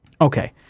Okay